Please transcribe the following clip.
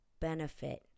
benefit